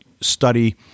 study